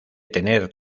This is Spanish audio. tener